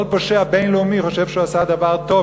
כל פושע בין-לאומי חושב שהוא עשה דבר טוב